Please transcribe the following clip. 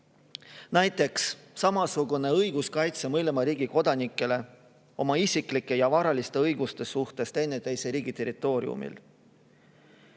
näiteks samasugune õiguskaitse mõlema riigi kodanikele oma isiklike ja varaliste õiguste suhtes teineteise riigi territooriumil.